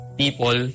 people